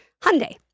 Hyundai